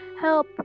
help